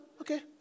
Okay